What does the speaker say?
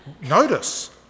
Notice